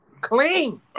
clean